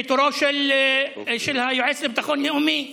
פיטוריו של היועץ לביטחון לאומי בולטון,